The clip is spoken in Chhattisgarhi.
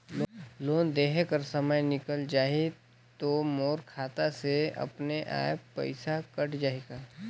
लोन देहे कर समय निकल जाही तो मोर खाता से अपने एप्प पइसा कट जाही का?